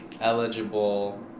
eligible